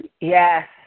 Yes